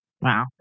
Wow